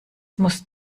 musst